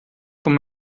von